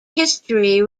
history